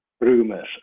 rumors